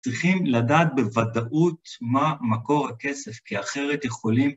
צריכים לדעת בוודאות מה מקור הכסף, כי אחרת יכולים...